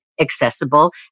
accessible